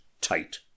tight